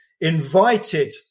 invited